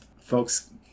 folks